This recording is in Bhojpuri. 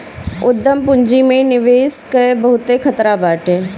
उद्यम पूंजी में निवेश कअ बहुते खतरा बाटे